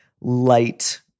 light